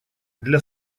для